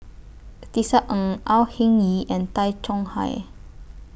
Tisa Ng Au Hing Yee and Tay Chong Hai